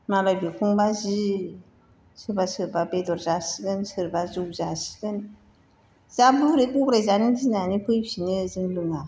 मालाय बेखौनोबा जि सोरबा सोरबा बेदर जासिगोन सोरबा जौ जासिगोन जा बुरै बुरै जानो गिनानै फैफिनो जों लोङा